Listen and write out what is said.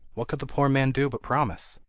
what could the poor man do but promise?